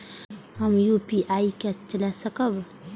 हम यू.पी.आई के चला सकब?